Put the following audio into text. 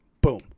boom